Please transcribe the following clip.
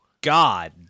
God